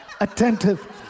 attentive